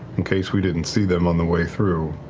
in case we didn't see them on the way through,